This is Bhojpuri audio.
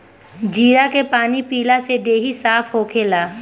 जीरा के पानी पियला से देहि साफ़ होखेला